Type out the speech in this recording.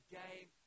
game